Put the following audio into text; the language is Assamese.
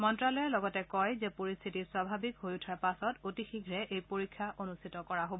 মন্ত্যালয়ে লগতে কয় যে পৰিস্থিতি স্বাভাৱিক হৈ উঠাৰ পাছত অতি শীঘ্যে এই পৰীক্ষা অনুষ্ঠিত কৰা হ'ব